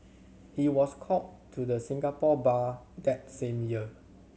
he was called to the Singapore Bar that same year